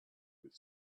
with